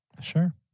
Sure